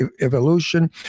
evolution